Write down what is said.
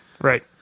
Right